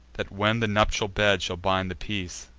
that, when the nuptial bed shall bind the peace,